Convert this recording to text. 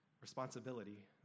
responsibility